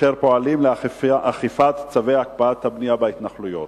אשר פועלים לאכיפת צווי הקפאת הבנייה בהתנחלויות.